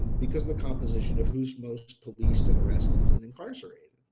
because of the composition of who's most policed and arrested and incarcerated.